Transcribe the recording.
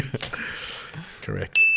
Correct